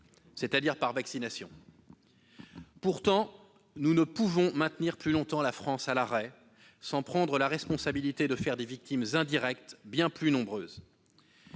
c'est-à-dire par vaccination. Pourtant, nous ne pouvons maintenir plus longtemps la France à l'arrêt sans prendre la responsabilité de faire des victimes indirectes, bien plus nombreuses.